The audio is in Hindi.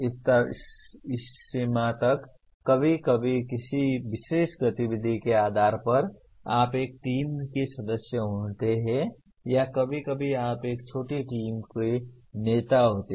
इस सीमा तक कभी कभी किसी विशेष गतिविधि के आधार पर आप एक टीम के सदस्य होते हैं या कभी कभी आप एक छोटी टीम के नेता होते हैं